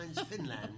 Finland